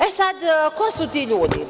E, sada, ko su ti ljudi?